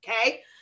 okay